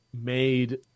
made